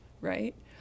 right